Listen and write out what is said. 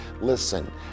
Listen